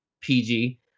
PG